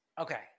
Okay